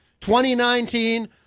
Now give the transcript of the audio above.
2019